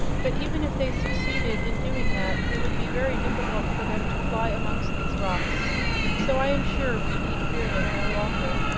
but even if they succeeded in doing that it would be very difficult for them to fly amongst these rocks so i am sure we need fear them no longer.